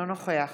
אינו נוכח